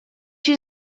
you